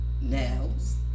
nails